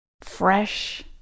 fresh